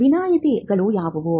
ವಿನಾಯಿತಿಗಳು ಯಾವುವು